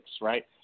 right